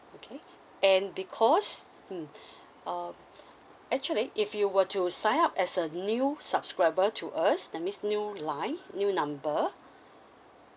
okay and because mm uh actually if you were to sign up as a new subscriber to us that means new line new number